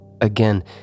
Again